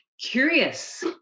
curious